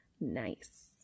nice